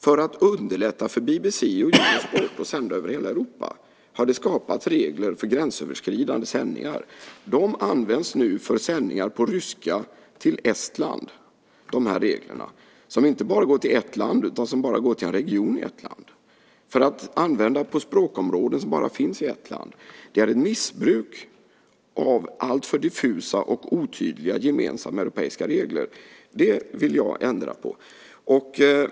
För att underlätta för BBC och Eurosport att sända över hela Europa har det skapats regler för gränsöverskridande sändningar. De reglerna används nu för sändningar på ryska till Estland. Sändningarna går inte bara till ett land, utan bara till en region i ett land, för att användas i språkområden som bara finns i ett land. Det är ett missbruk av alltför diffusa och otydliga gemensamma europeiska regler. Det vill jag ändra på.